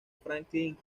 franklin